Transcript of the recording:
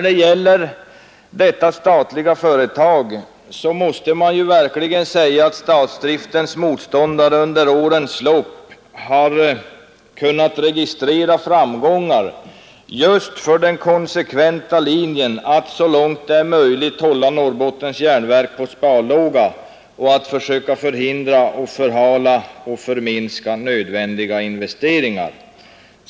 Beträffande detta statliga företag måste man verkligen säga att statsdriftens motståndare under årens lopp har kunnat registrera framgångar just för den konsekventa linjen att så långt det är möjligt hålla Norrbottens Järnverk på sparlåga och att försöka förhindra, förhala och förminska nödvändiga investeringar.